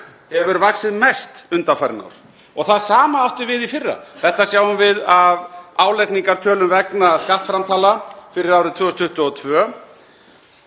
hefur vaxið mest undanfarin ár og það sama átti við í fyrra. Þetta sjáum við af álagningartölum vegna skattframtala fyrir árið 2022.